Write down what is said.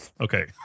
Okay